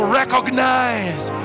recognize